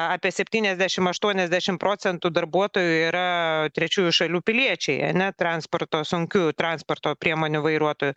apie septyniasdešim aštuoniasdešim procentų darbuotojų yra trečiųjų šalių piliečiai ane transporto sunkiųjų transporto priemonių vairuotojų